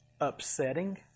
upsetting